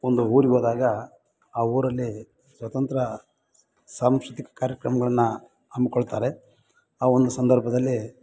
ಒಂದು ಊರಿಗೋದಾಗ ಆ ಊರಲ್ಲಿ ಸ್ವತಂತ್ರ ಸಾಂಸ್ಕೃತಿಕ ಕಾರ್ಯಕ್ರಮಗಳನ್ನ ಹಮ್ಕೊಳ್ತಾರೆ ಆ ಒಂದು ಸಂದರ್ಭದಲ್ಲಿ